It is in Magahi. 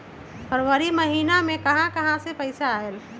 फरवरी महिना मे कहा कहा से पैसा आएल?